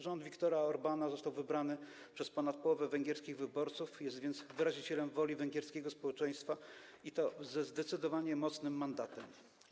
Rząd Viktora Orbána został wybrany przez ponad połowę węgierskich wyborców, jest więc wyrazicielem woli węgierskiego społeczeństwa, i to ze zdecydowanie mocnym mandatem.